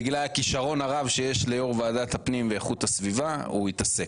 בגלל הכישרון הרב שיש ליו"ר ועדת הפנים ואיכות הסביבה הוא יתעסק.